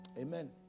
Amen